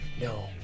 No